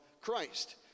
Christ